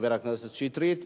חבר הכנסת שטרית.